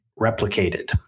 replicated